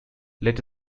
let